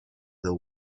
the